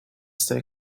stay